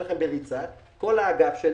כל האגף שלי,